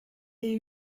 est